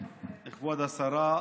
כבוד השרה,